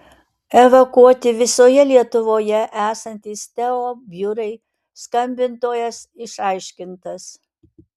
evakuoti visoje lietuvoje esantys teo biurai skambintojas išaiškintas